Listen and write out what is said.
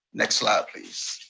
next slide please.